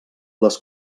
les